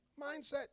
mindset